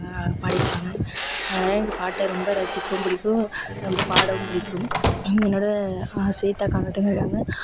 பாடி இருப்பாங்க அதனால் இந்த பாட்டை ரொம்ப ரசிக்கவும் பிடிக்கும் ரொம்ப பாடவும் பிடிக்கும் என்னோட இருக்காங்க